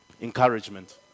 Encouragement